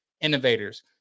innovators